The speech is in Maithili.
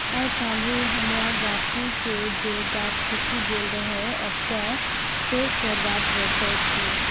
आइकाल्हि हमरा गाछी के जे गाछ सूखि गेल रहै, ओतय फेर सं गाछ रोपै छियै